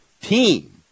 team